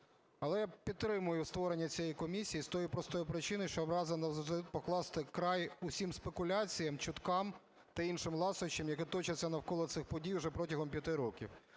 Але я підтримую створення цієї комісії з тієї простої причини, що бажано вже покласти край усім спекуляціям, чуткам та іншим ласощам, які точаться навколо цих подій уже протягом 5 років.